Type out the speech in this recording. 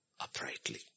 uprightly